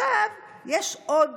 יש עוד